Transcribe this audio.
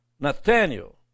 Nathaniel